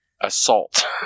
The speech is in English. assault